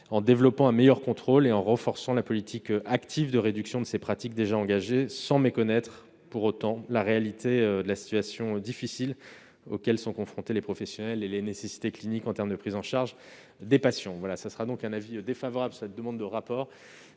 en développant un meilleur contrôle et en renforçant la politique active de réduction de ces pratiques déjà engagée, sans méconnaître pour autant la réalité de la situation difficile à laquelle sont confrontés les professionnels et les nécessités cliniques qu'impose la prise en charge des patients. Le Gouvernement est défavorable à votre demande de rapport.